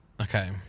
Okay